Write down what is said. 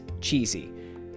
cheesy